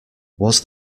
was